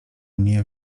mnie